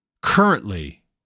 Currently